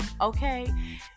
okay